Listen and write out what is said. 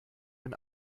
ein